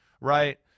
right